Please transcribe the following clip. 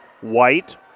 White